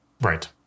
Right